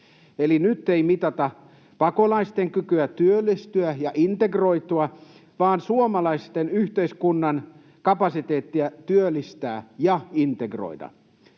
eli nyt ei mitata pakolaisten kykyä työllistyä ja integroitua vaan suomalaisen yhteiskunnan kapasiteettia työllistää ja integroida.